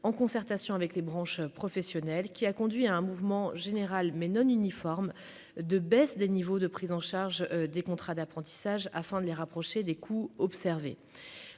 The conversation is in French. en concertation avec les branches professionnelles qui a conduit à un mouvement général mais non uniforme de baisse des niveaux de prise en charge des contrats d'apprentissage afin de les rapprocher des coûts observés,